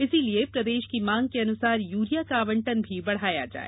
इसलिये प्रदेश की माँग के अनुसार यूरिया का आवंटन भी बढ़ाया जाए